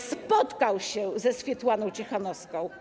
spotkał się ze Swiatłaną Cichanouską.